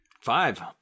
Five